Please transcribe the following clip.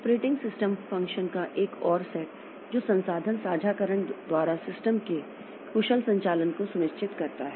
operating system function का एक और सेट जो संसाधन साझाकरण द्वारा सिस्टम के कुशल संचालन को सुनिश्चित करता है